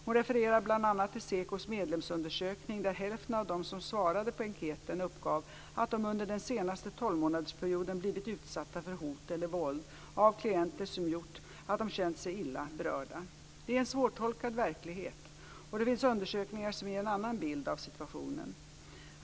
Hon refererar bl.a. till SEKO:s medlemsundersökning där hälften av dem som svarade på enkäten uppgav att de under den senaste tolvmånadersperioden blivit utsatta för hot eller våld av klienter som gjort att de känt sig illa berörda. Det är en svårtolkad verklighet, och det finns undersökningar som ger en annan bild av situationen.